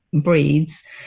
breeds